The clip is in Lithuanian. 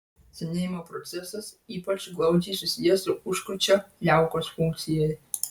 senėjimo procesas ypač glaudžiai susijęs su užkrūčio liaukos funkcija